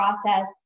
process